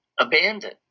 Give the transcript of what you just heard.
abandoned